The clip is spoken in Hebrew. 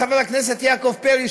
חבר הכנסת יעקב פרי,